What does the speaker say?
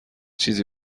چیزی